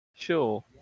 Sure